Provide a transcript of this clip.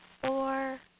Four